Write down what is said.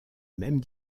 même